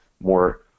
more